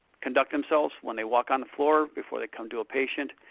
conduct themselves when they walk on the floor, before they come to a patient,